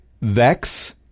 Vex